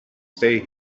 stay